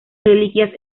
reliquias